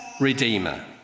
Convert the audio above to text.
redeemer